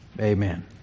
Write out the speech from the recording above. Amen